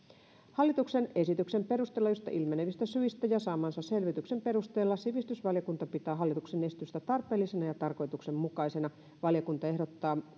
hallituksen esityksen perusteluista ilmenevistä syistä ja saamansa selvityksen perusteella sivistysvaliokunta pitää hallituksen esitystä tarpeellisena ja tarkoituksenmukaisena valiokunta ehdottaa